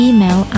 Email